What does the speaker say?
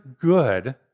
good